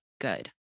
good